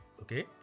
okay